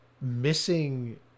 missing